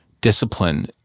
discipline